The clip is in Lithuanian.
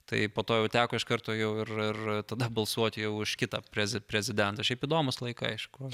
tai po to jau teko iš karto jau ir ir tada balsuoti jau už kitą prezi prezidentą šiaip įdomūs laikai aišku